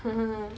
(uh huh)